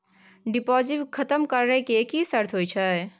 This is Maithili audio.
डिपॉजिट खतम करे के की सर्त होय छै?